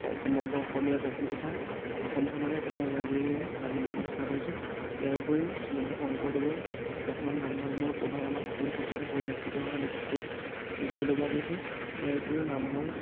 সমগ্ৰ অসমীয়া জাতি তথা অসমখনকে একেডাল এনাজৰিৰে বান্ধিবলৈ চেষ্টা কৰিছে ইয়াৰোপৰিও শ্ৰীমন্ত শংকৰদেৱৰ একখনত নাম ধৰ্মৰ প্ৰভাৱ আমাৰ সকলো ক্ষেত্ৰতে পৰিলক্ষিত হোৱা দেখি দেখিবলৈ পোৱা গৈছে ইয়াৰ উপৰিও নামঘৰ